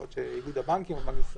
יכול להיות שאיגוד הבנקים או בנק ישראל